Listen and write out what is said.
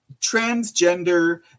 Transgender